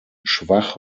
schwach